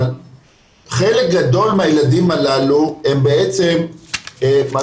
אבל חלק גדול מהילדים הללו הם בעצם מה